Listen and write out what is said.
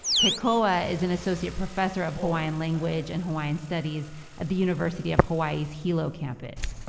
kekoa is an associate professor of hawaiian language and hawaiian studies at the university of hawaii's hilo campus.